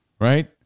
Right